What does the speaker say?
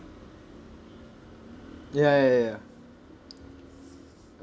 ya ya ya ya